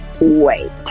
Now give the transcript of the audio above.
wait